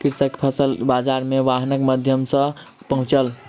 कृषक फसिल बाजार मे वाहनक माध्यम सॅ पहुँचल